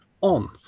on